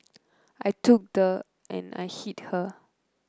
I took the and I hit her